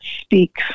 speak